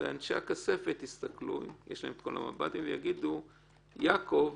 אנשי הכספת יסתכלו יש להם את כל המב"דים ויגידו: יעקב,